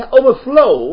overflow